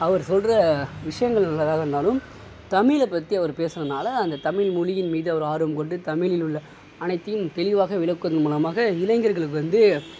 அவர் சொல்கிற விஷயங்கள் எதுவாக இருந்தாலும் தமிழை பற்றி அவர் பேசுகிறதுனால அந்த தமிழ் மொழியின் மீது அவரு ஆர்வம் கொண்டு தமிழில் உள்ள அனைத்தையும் தெளிவாக விளக்குவது மூலமாக இளைஞர்களுக்கு வந்து